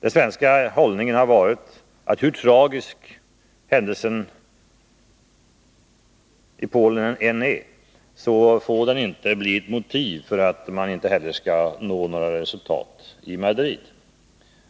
Den svenska hållningen har varit den att hur tragiska händelserna i Polen än är får de inte bli ett motiv för att man inte heller skall nå några resultat i Madrid.